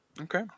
okay